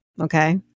Okay